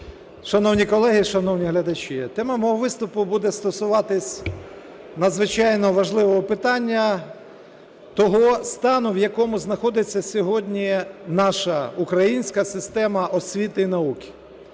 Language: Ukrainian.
Шановні колеги, шановні глядачі! Тема мого виступу буде стосуватись надзвичайно важливого питання – того стану в якому знаходиться сьогодні наша українська система освіти і науки.